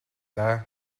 даа